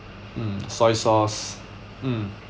mm soy sauce mm